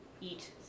eat